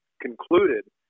concluded